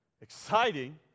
exciting